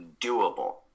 doable